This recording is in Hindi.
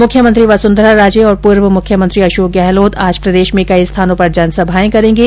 मुख्यमंत्री वसुंधरा राजे और पूर्व मुख्यमंत्री अशोक गहलोत आज प्रदेश में कई स्थानों पर जनसभाएं करेंगे